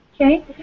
okay